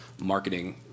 marketing